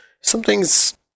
Something's